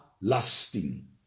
lasting